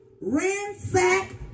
ransack